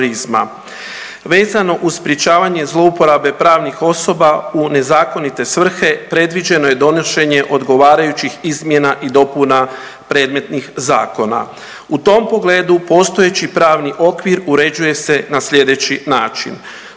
Vezano uz sprječavanje zlouporabe pravnih osoba u nezakonite svrhe predviđeno je donošenje odgovarajućih izmjena i dopuna predmetnih zakona. U tom pogledu postojeći pravni okvir uređuje se na sljedeći način.